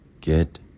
Get